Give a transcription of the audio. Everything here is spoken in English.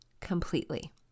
completely